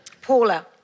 Paula